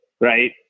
Right